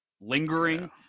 lingering